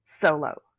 solo